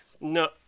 No